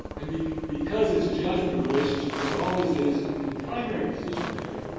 and because because it's a judgment of relationship, there always is, in the primary decision maker,